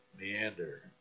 meander